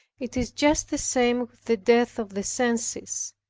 it is just the same with the death of the senses,